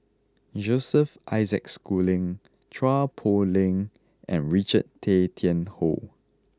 Joseph Isaac Schooling Chua Poh Leng and Richard Tay Tian Hoe